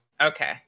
Okay